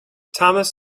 thomas